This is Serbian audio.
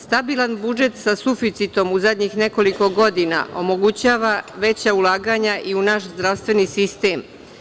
Stabilan budžet sa suficitom u zadnjih nekoliko godina omogućava veća ulaganja i u naš zdravstveni sistem.